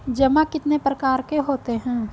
जमा कितने प्रकार के होते हैं?